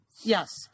Yes